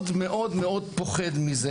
אני מאוד פוחד מזה,